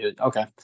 okay